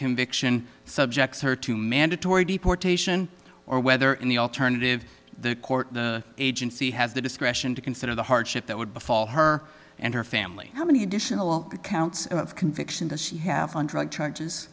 conviction subjects her to mandatory deportation or whether in the alternative the court the agency has the discretion to consider the hardship that would befall her and her family how many additional counts of conviction does she have on drug charges